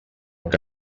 que